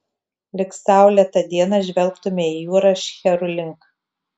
lyg saulėtą dieną žvelgtumei į jūrą šcherų link